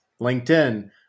LinkedIn